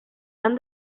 han